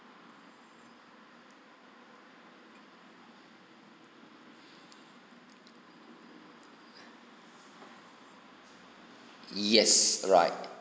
yes right